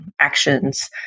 actions